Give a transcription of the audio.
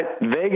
Vegas